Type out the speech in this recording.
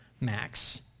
Max